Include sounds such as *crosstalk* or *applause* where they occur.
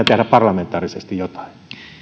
*unintelligible* tehdä parlamentaarisesti jotain